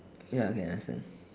ya can understand